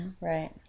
Right